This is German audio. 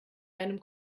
deinem